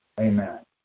Amen